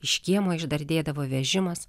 iš kiemo išdardėdavo vežimas